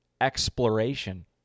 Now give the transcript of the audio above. exploration